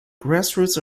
grassroots